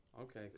Okay